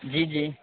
جی جی